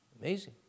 Amazing